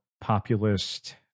populist